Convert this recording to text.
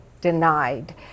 denied